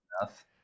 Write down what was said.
enough